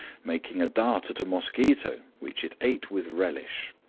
making a dart at a mosquito, which it ate with relish.